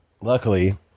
Luckily